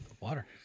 Water